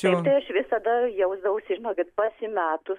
taip tai aš visada jausdavausi žinokit pasimetus